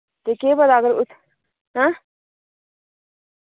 ते केह् पता अगर उत्थै ऐं